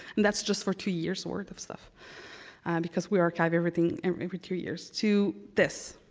and that's just for two years' worth of stuff because we archive everything every three years, to this.